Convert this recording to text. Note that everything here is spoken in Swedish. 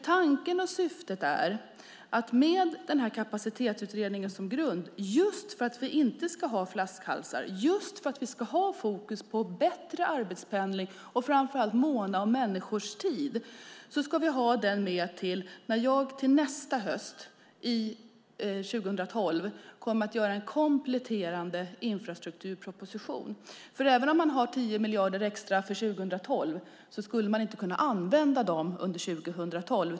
Tanken och syftet är ju att ha Kapacitetsutredningen med som grund, just för att vi inte ska ha flaskhalsar, just för att vi ska ha fokus på bättre arbetspendling och framför allt måna om människors tid, när jag hösten 2012 kommer att göra en kompletterande infrastrukturproposition. Även om man har 10 miljarder extra för 2012 skulle man inte kunna använda dem under 2012.